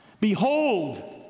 behold